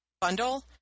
bundle